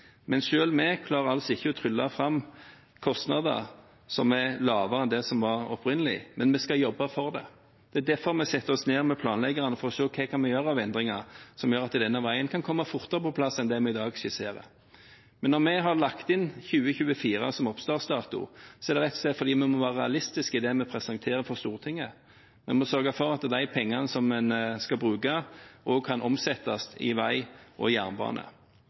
Men selv vi klarer altså ikke å trylle fram kostnader som er lavere enn dem som var opprinnelig, men vi skal jobbe for det. Det er derfor vi setter oss ned med planleggerne, for å se hva vi kan gjøre av endringer som gjør at denne veien kan komme fortere på plass enn det vi i dag skisserer. Når vi har lagt inn 2024 som oppstartsdato, er det rett og slett fordi vi må være realistiske i det vi presenterer for Stortinget. Vi må sørge for at de pengene en skal bruke, også kan omsettes i vei og jernbane.